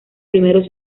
primeros